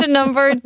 number